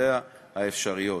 והשלכותיה האפשריות.